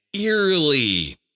eerily